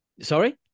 Sorry